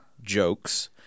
Jokes